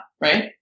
Right